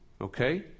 Okay